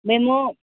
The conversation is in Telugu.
మేము